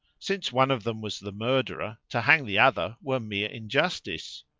since one of them was the murderer, to hang the other were mere injustice.